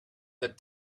that